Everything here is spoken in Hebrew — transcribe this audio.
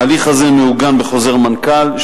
ההליך הזה מעוגן בחוזר מנכ"ל,